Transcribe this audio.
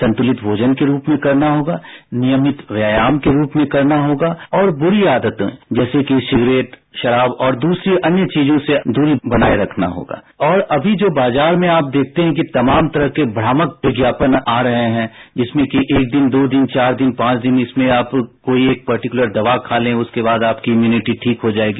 संतुलित भोजन के रूप में करना होगा नियमित व्यायाम के रूप में करना होगा और बुरी आदतों जैसे कि सिगरेट शराब और दूसरी अन्य चीजों से दूरी बनाए रखना होगा और अमी जो बाजार में आप है कि तमाम तरह के आमक विज्ञापन आ रहे हैं जिसमें कि एक दिन दो दिन चार दिन पांच दिन इसमें आप कोई एक पर्टिकुलर दवा खा लें उसके बाद आपकी इम्युनिटी ठीक हो जाएगी